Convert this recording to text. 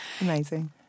Amazing